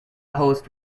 host